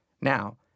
Now